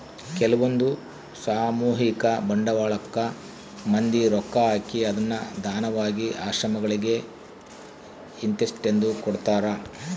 ಕೆಲ್ವಂದು ಸಾಮೂಹಿಕ ಬಂಡವಾಳಕ್ಕ ಮಂದಿ ರೊಕ್ಕ ಹಾಕಿ ಅದ್ನ ದಾನವಾಗಿ ಆಶ್ರಮಗಳಿಗೆ ಇಂತಿಸ್ಟೆಂದು ಕೊಡ್ತರಾ